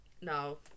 No